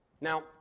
Now